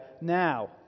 now